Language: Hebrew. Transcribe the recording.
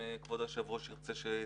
אם כבוד היושב ראש ירצה שאתייחס.